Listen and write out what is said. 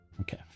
Okay